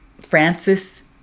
Francis